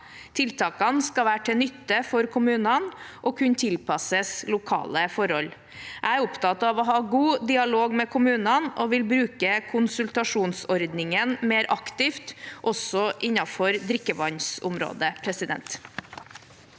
Tiltakene skal være til nytte for kommunene og kunne tilpasses lokale forhold. Jeg er opptatt av å ha god dialog med kommunene og vil bruke konsultasjonsordningen mer aktivt også innenfor drikkevannsområdet. Presidenten